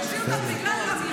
להוציא אותה בגלל אמירה?